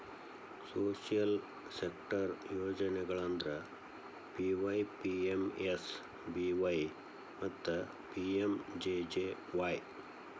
social sector ಯೋಜನೆಗಳಂದ್ರ PYPMSBY ಮತ್ತ PMJJY